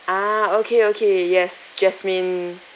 ah okay okay yes jasmine